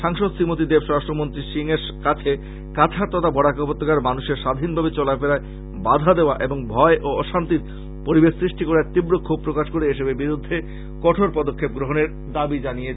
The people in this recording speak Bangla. সাংসদ শ্রীমতি দেব স্বরাষ্ট্র মন্ত্রী সিং এর কাছে কাছাড় তথা বরাক উপত্যকার মানুষের স্বাধীনভাবে চলা ফেরায় বাঁধা দেওয়া এবং ভয় ও অশান্তির পরিবেশ সৃষ্টি করায় তীব্র ক্ষোভ প্রকাশ করে এসবের বিরুদ্ধে কঠোর পদক্ষেপ গ্রহনের দাবী জানিয়েছেন